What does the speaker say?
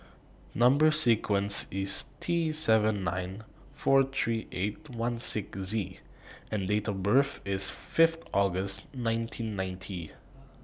Number sequence IS T seven nine four three eight one six Z and Date of birth IS Fifth August nineteen ninety